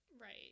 right